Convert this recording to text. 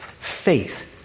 Faith